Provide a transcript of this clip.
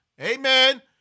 amen